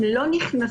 הם לא נכנסים,